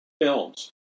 films